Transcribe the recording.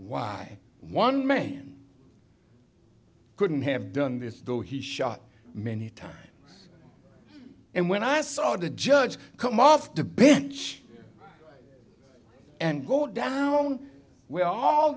why one man couldn't have done this though he shot many times and when i saw the judge come off the bench and go down we all